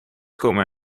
komen